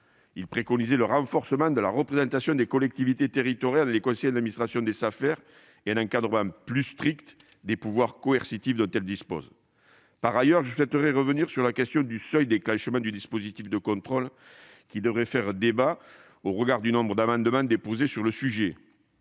préconisait en effet le renforcement de la représentation des collectivités territoriales dans les conseils d'administration des Safer et un encadrement plus strict des pouvoirs coercitifs dont elles disposent. Par ailleurs, je souhaiterais revenir sur la question du seuil de déclenchement du dispositif de contrôle, qui devrait faire débat au regard du nombre d'amendements déposés sur le sujet